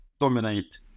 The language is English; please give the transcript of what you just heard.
dominate